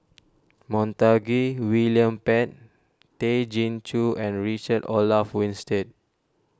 Montague William Pett Tay Chin Joo and Richard Olaf Winstedt